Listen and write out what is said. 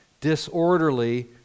disorderly